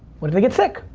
what if they get sick?